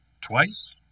twice